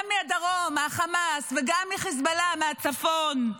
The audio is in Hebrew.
גם מהדרום, מהחמאס, וגם מחיזבאללה, מהצפון.